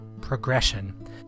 progression